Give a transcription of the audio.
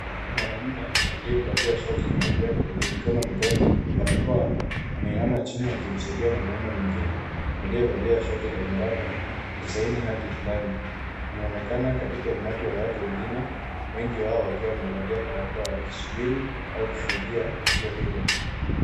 Mwanamume aliyevalia shati nyeupe lenye mikono mirefu na barakoa, anainama chini akimsaidia mwanamume mwingine aliyevalia shati la miraba kusaini hati fulani .Wanaonekana katika umati wa watu wengine, wengi wao wakiwa wamevalia barakoa, wakisubiri au kushuhudia tukio hilo.